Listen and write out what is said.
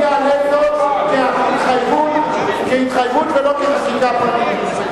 אני אעלה את זה כהתחייבות ולא כחקיקה פרטית.